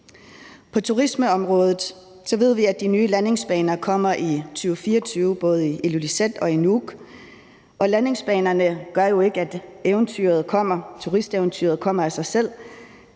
På turismeområdet ved vi, at de nye landingsbaner kommer i 2024 både i Ilulissat og i Nuuk, men landingsbanerne gør jo ikke, at turisteventyret kommer af sig selv.